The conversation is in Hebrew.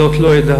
זאת לא אדע.